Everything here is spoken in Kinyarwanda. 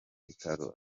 bitaro